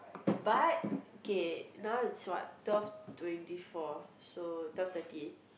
but okay now is what twelve twenty four so twelve thirty